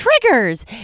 triggers